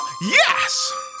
Yes